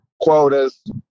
quotas